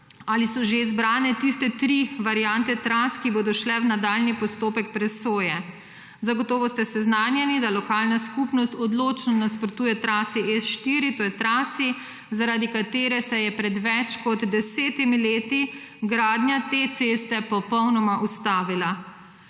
Ali so že izbrane tiste tri variante tras, ki bodo šle v nadaljnji postopek presoje? Zagotovo ste seznanjeni, da lokalna skupnost odločno nasprotuje trasi S4, to je trasi, zaradi katere se je pred več kot 10 leti gradnja te ceste popolnoma ustavila.